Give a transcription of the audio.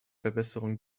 verbesserung